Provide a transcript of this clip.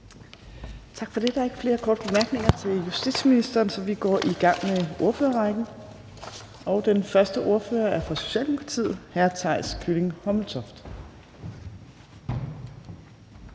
Tak for det. Der er ikke flere korte bemærkninger til justitsministeren, så vi går i gang med ordførerrækken. Den første ordfører er fra Socialdemokratiet, hr. Theis Kylling Hommeltoft.